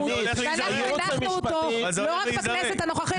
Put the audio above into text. ואנחנו הנחנו אותו לא רק בכנסת הנוכחית,